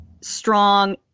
strong